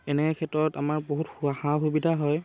এনে ক্ষেত্ৰত আমাৰ বহুত সা সুবিধা হয়